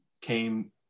came